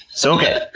so, okay,